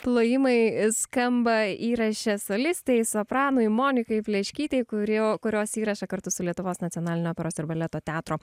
plojimai skamba įraše solistei sopranui monikai pleškytei kurio kurios įrašą kartu su lietuvos nacionalinio operos ir baleto teatro